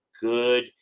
good